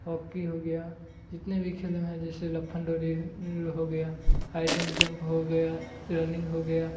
hockey हो गया जितने भी खेल हैं जैसे लफ्फन डोरी हो गया हाईट एन जम्प हो गया रनिंग हो गया